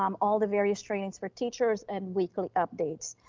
um all the various trainings for teachers and weekly updates.